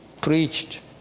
preached